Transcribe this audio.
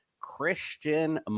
Christian